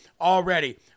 already